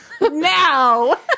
now